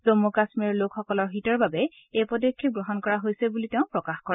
জম্মু কাম্মীৰৰ লোকসকলৰ হিতৰ বাবে এই পদক্ষেপ গ্ৰহণ কৰা হৈছে বুলিও তেওঁ প্ৰকাশ কৰে